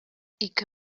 ике